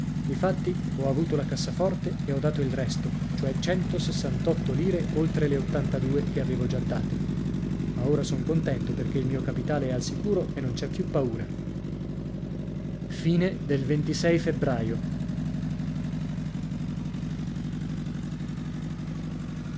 difatti ho avuto la cassaforte e ho dato il resto cioè centosessantotto lire oltre le ottantadue che avevo già date ma ora son contento perché il mio capitale è al sicuro e non c'è più paura febbraio